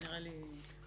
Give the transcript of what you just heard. זה נראה לי נכון יותר.